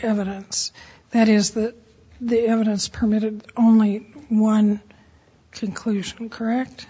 evidence that is that the evidence permitted only one conclusion correct